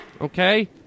Okay